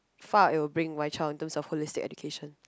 far it will bring my child in terms of holistic education